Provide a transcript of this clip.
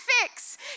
fix